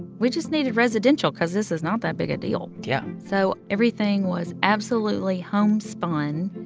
we just needed residential because this is not that big a deal yeah so everything was absolutely homespun.